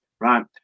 Right